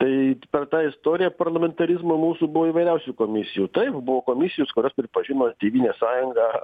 tai per tą istoriją parlamentarizmo mūsų buvo įvairiausių komisijų taip buvo komisijos kurios pripažino tėvynės sąjungą